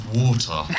water